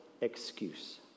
excuse